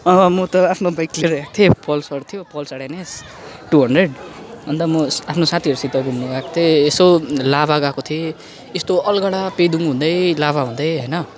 म त आफ्नो बाइक लिएर गएको थिएँ पल्सर थियो पल्सर एनएस टू हन्ड्रेड अन्त म आफ्नो साथीहरूसित घम्नु गएको थिएँ यसो लाभा गएको थिएँ यस्तो अलगढा पेदोङ हुँदै लाभा हुँदै होइन